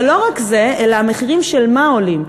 ולא רק זה, המחירים של מה עולים?